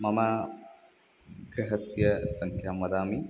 मम गृहस्य सङ्ख्यां वदामि